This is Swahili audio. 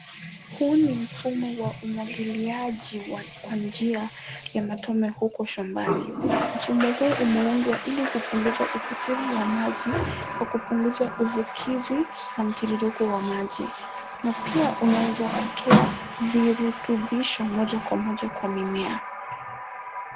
Huu ni mfumo wa umwagiliaji kwa njia ya matone huko shambani. Mfumo huu umeundwa ili kupunguza upotevu wa maji kwa kupunguza uvukizi na mtiririko wa maji na pia unaweza kutoa virutubisho moja kwa moja kwa mimea.